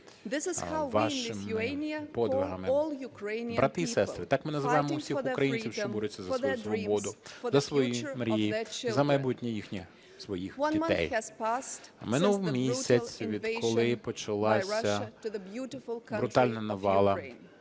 так ми називаємо усіх українців, що борються за свою свободу, за свої мрії, за майбутнє своїх дітей. Минув місяць відколи почалася брутальна навала